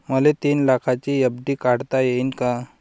मले तीन लाखाची एफ.डी काढता येईन का?